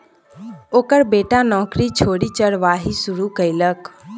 ओकर बेटा नौकरी छोड़ि चरवाही शुरू केलकै